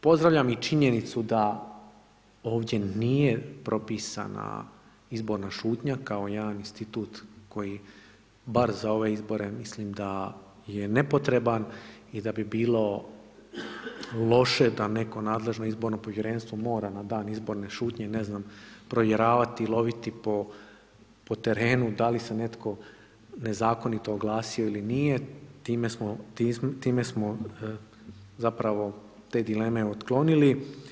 Pozdravljam i činjenicu da ovdje nije propisana izborna šutnja kao jedan institut koji bar za ove izbore, mislim da je nepotreban i da bi bilo loše da neko nadležno izborno povjerenstvo mora na dan izborne šutnje, ne znam, provjeravati, loviti po terenu, da li se netko nezakonito oglasio ili nije, time smo zapravo te dileme otklonili.